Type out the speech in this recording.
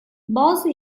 bazı